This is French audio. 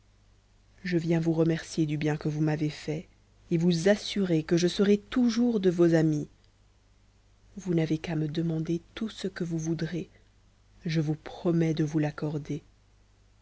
je viens vous remercier du bien que vous m'avez fait et vous assurer que je serai toujours de vos amies vous n'avez qu'à me demander tout ce que vous voudrez je vous promets de vous l'accorder